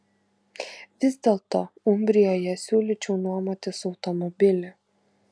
vis dėlto umbrijoje siūlyčiau nuomotis automobilį